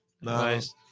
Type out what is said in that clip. Nice